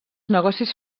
negocis